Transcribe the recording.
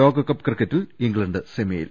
ലോകകപ്പ് ക്രിക്കറ്റിൽ ഇംഗ്ലണ്ട് സെമിയിൽ